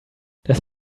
das